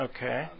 Okay